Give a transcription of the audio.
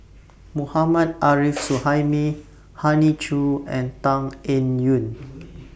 Mohammad Arif Suhaimi Hoey Choo and Tan Eng Yoon